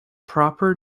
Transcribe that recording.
proper